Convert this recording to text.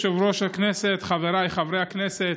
אדוני יושב-ראש הכנסת, חבריי חברי הכנסת,